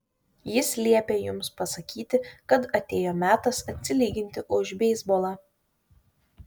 jis liepė jums pasakyti kad atėjo metas atsilyginti už beisbolą